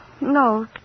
no